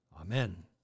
Amen